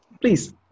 Please